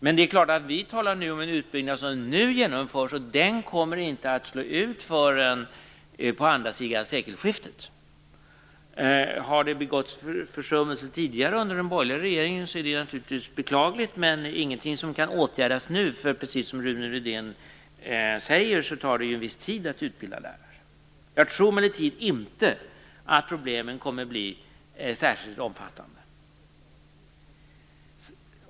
Men det som jag här talar om är den utbyggnad som nu genomförs, och den kommer inte att ge utslag förrän på andra sidan sekelskiftet. Har det begåtts försummelser under den borgerliga regeringens tid, är det naturligtvis beklagligt men ingenting som kan åtgärdas nu. Som Rune Rydén säger tar det ju en viss tid att utbilda lärare. Jag tror emellertid inte att problemen kommer att bli särskilt omfattande.